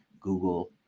Google